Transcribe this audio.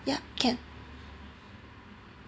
yeah can